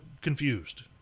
confused